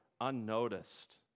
unnoticed